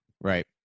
Right